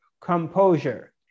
composure